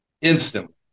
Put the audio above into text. instantly